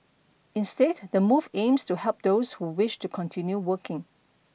instead the move aims to help those who wish to continue working